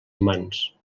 humans